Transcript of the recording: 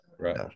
right